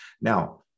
Now